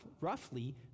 roughly